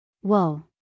Whoa